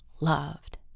loved